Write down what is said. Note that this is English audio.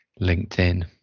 LinkedIn